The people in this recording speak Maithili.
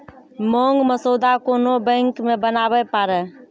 मांग मसौदा कोन्हो बैंक मे बनाबै पारै